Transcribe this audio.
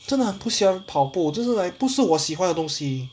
真的很不喜欢跑步就是 like 不是我喜欢的东西